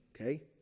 okay